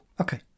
Okay